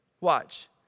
Watch